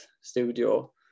studio